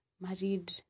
married